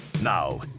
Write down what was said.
Now